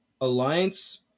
Alliance